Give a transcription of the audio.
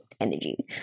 Energy